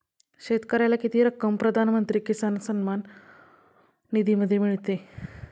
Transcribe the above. शेतकऱ्याला किती रक्कम पंतप्रधान किसान सन्मान निधीमध्ये मिळते?